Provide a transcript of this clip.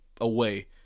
away